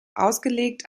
ausgelegt